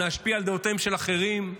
להשפיע על דעותיהם של אחרים.